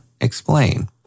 Explain